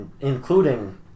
Including